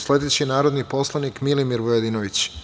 Sledeći je narodni poslanik, Milimir Vujadinović.